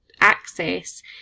access